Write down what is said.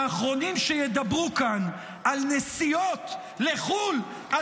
האחרונים שידברו כאן על נסיעות לחו"ל -- תודה רבה.